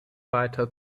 weiter